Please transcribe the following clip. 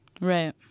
Right